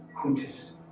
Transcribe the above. Quintus